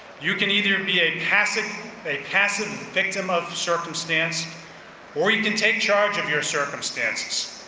you can either be a passive a passive victim of circumstance or you can take charge of your circumstances.